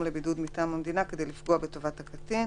לבידוד מטעם המדינה כדי לפגוע בטובת הקטין,